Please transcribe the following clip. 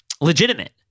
legitimate